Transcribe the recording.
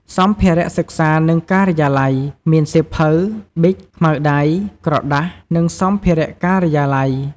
សម្ភារៈសិក្សា និងការិយាល័យ មានសៀវភៅ ប៊ិច ខ្មៅដៃ ក្រដាស និងសម្ភារៈការិយាល័យ។